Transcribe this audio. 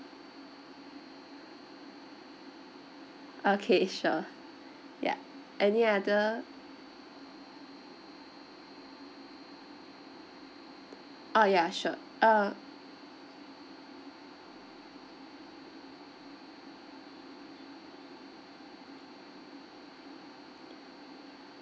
okay sure yup any other orh ya sure uh